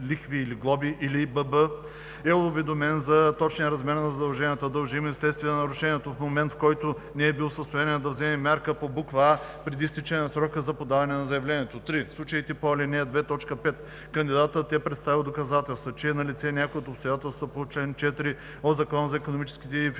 бб) е уведомен за точния размер на задълженията, дължими вследствие на нарушението, в момент, в който не е бил в състояние да вземе мярка по буква „а“ преди изтичането на срока за подаване на заявлението; 3. в случаите по ал. 2, т. 5 кандидатът е представил доказателства, че е налице някое от обстоятелствата по чл. 4 от Закона за икономическите и финансовите